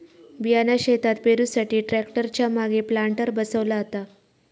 बियाणा शेतात पेरुसाठी ट्रॅक्टर च्या मागे प्लांटर बसवला जाता